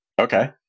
Okay